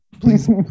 Please